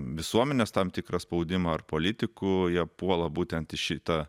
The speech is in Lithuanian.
visuomenės tam tikrą spaudimą ar politikų jie puola būtent į šitą